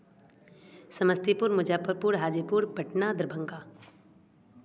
Samastipur Muzaffarpur Hajipur Patna Darbhanga